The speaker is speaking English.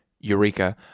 Eureka